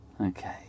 okay